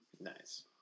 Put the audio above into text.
Nice